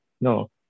No